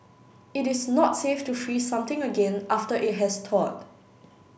it is not safe to freeze something again after it has thawed